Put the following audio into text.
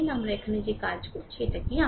সুতরাং যে আমরা এখানে যে কাজ এটি কি